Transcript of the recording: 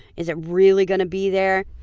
is it really going to be there?